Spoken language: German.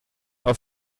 auf